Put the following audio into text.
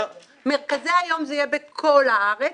מרכזי היום, זה יהיה בכל הארץ.